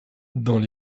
dans